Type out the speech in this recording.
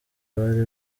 bari